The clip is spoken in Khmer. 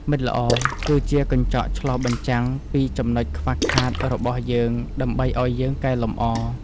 មិត្តល្អគឺជាកញ្ចក់ឆ្លុះបញ្ចាំងពីចំណុចខ្វះខាតរបស់យើងដើម្បីឱ្យយើងកែលម្អ។